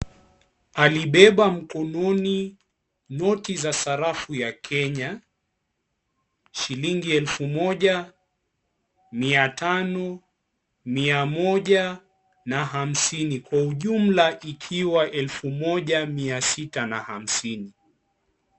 Alibeba mkononi noti za sarafu ya Kenya, shilingi elfu moja, mia tano, mia moja, na hamsini, kwa ujumla ikiwa elfu moja, mia sita, na hamsini.